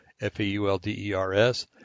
F-A-U-L-D-E-R-S